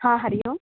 हा हरि ओम्